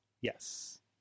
Yes